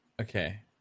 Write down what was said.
okay